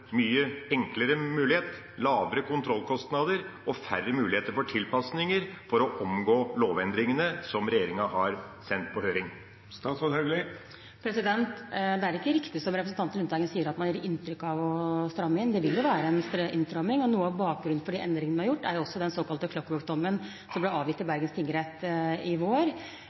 mye enklere mulighet, med lavere kontrollkostnader og færre muligheter for tilpasninger for å omgå lovendringene som regjeringa har sendt på høring. Det er ikke riktig som representanten Lundteigen sier, at man gir inntrykk av å stramme inn. Det vil være en innstramming. Noe av bakgrunnen for de endringene som er gjort, er den såkalte Clockwork-dommen, som ble avgitt i Bergen tingrett i vår,